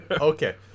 Okay